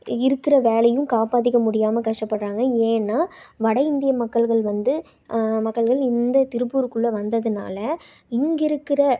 இருக்கிற வேலையும் காப்பாற்றிக்க முடியாமல் கஷ்டப்படுறாங்க ஏன்னால் வட இந்திய மக்கள்கள் வந்து மக்கள்கள் இந்த திருப்பூருக்குள்ளே வந்ததுனால் இங்கிருக்கிற